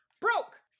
Broke